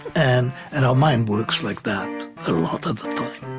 and and our mind works like that a lot of the time